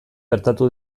gertatu